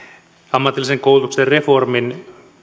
ammatillisen koulutuksen reformin